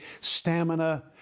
stamina